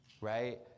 right